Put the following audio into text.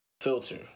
filter